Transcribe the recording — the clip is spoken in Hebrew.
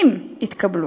אם יתקבלו?